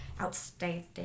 Outstanding